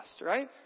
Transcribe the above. right